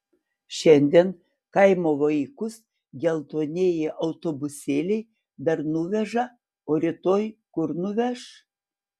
šiandien kaimo vaikus geltonieji autobusėliai dar nuveža o rytoj kur nuveš